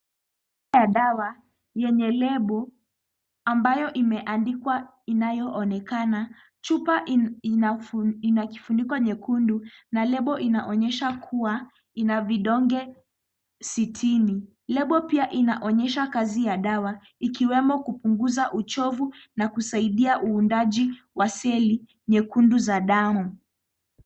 Chupa ya dawa yenye lebo ambayo imeandikwa inayoonekana. Chupa ina kifuniko nyekundu na lebo inaonyesha kuwa ina vidonge sitini. Lebo pia inaonyesha kazi ya dawa ikiwemo kupunguza uchovu na kusaidia uundaji wa seli nyekundu za damu.